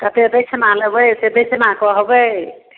कतेक दक्षिणा लेबै से दक्षिणा कहबै